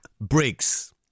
Briggs